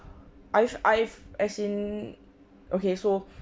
I've I've as in okay so